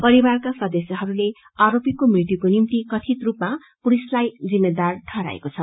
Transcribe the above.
परिवारका सदस्यहरूले आरोपीको मृत्युको निम्ति कथित रूपमा पुलिसलाई जिम्मेदार ठहराएको छ